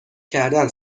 کردن